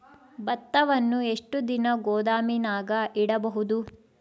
ಭತ್ತವನ್ನು ಎಷ್ಟು ದಿನ ಗೋದಾಮಿನಾಗ ಇಡಬಹುದು?